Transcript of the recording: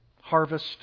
harvest